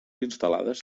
instal·lades